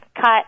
cut